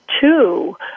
two